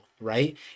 right